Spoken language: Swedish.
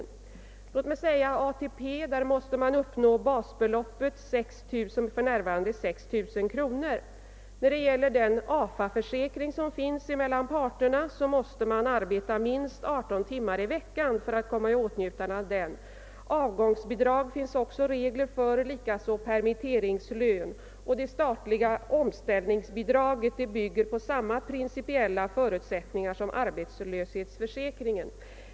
För att erhålla ATP måste man uppnå basbeloppet, som för närvarande är 6 000 kronor. För att erhålla den AFA-försäkring som gäller mellan arbetsmarknadens parter måste man arbeta minst 18 timmar i veckan. Det finns också regler för avgångsbidrag liksom för permitteringslön, och det statliga omställningsbidraget bygger på samma principiella förutsättningar som arbetslöshetsförsäkringen.